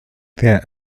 there